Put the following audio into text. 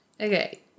Okay